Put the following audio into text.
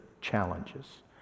challenges